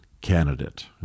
candidate